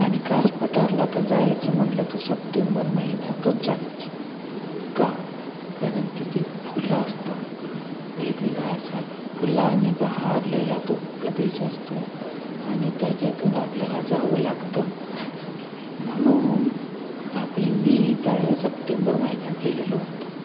आणि कासपठारला तर जायचं म्हटलं तर सप्टेंबर महिन्यातच जायचं का कारण तिथे फुलं असतात वेगवेगळा असा फुलांनी बहरलेला तो प्रदेश असतो आणि त्याच्यातून आपल्याला जावं लागतं म्हणून आपलं मी त्यावेळेला सप्टेंबर महिन्यात गेलेलो होतो